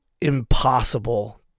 impossible